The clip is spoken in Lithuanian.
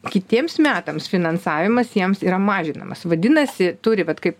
kitiems metams finansavimas jiems yra mažinamas vadinasi turi vat kaip